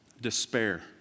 despair